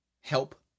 help